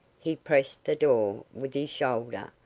he pressed the door with his shoulder,